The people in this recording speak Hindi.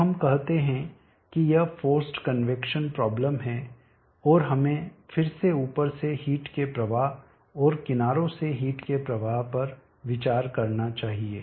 तो हम कहते हैं कि यह फोर्सड कन्वैक्शन प्रॉब्लम है और हमें फिर से ऊपर से हिट के प्रवाह और किनारे से हिट के प्रवाह पर विचार करना चाहिए